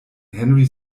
henry